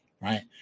Right